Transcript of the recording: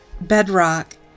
bedrock